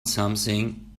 something